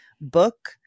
book